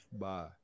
Bye